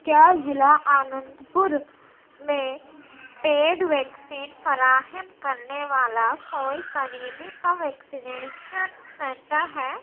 کیا ضلع اننت پور میں پیڈ ویکسین فراہم کرنے والا کوئی قریبی کا ویکسینیشن سنٹر ہے